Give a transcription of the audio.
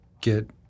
get